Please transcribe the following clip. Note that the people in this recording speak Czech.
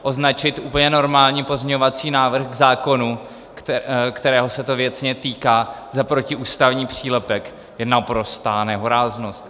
Označit úplně normální pozměňovací návrh k zákonu, kterého se to věcně týká, za protiústavní přílepek je naprostá nehoráznost.